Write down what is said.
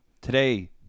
Today